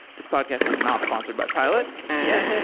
this podcast is not sponsored by pilot yet.